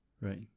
right